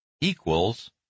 equals